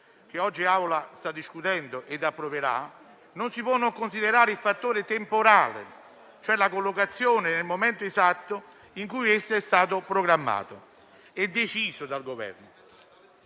che oggi l'Assemblea sta discutendo e che approverà, non si può non considerare il fattore temporale, cioè la collocazione nel momento esatto in cui esso è stato programmato e deciso dal Governo.